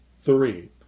Three